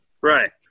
Right